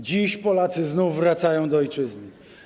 Dziś Polacy znów wracają do ojczyzny.